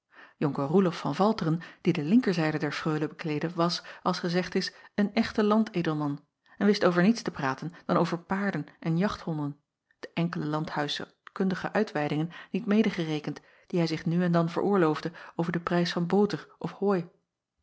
onker oelof van alteren die de linkerzijde der reule bekleedde was als gezegd is een echte landedelman en wist over niets te praten dan over paarden en jachthonden de enkele landhuishoudkundige uitweidingen niet mede gerekend die hij zich nu en dan veroorloofde over den prijs van boter of hooi